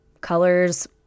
colors